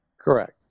correct